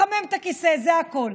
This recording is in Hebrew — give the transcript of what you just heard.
מחמם את הכיסא, זה הכול.